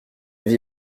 vie